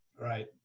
Right